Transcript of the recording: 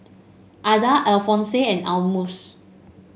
Adah Alphonse and Almus